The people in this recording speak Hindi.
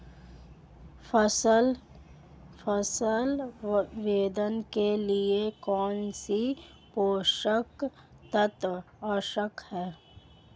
फसल वृद्धि के लिए कौनसे पोषक तत्व आवश्यक हैं?